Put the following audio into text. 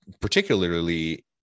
particularly